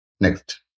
Next